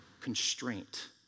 constraint